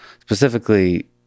specifically